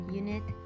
unit